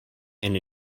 and